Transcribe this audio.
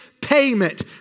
payment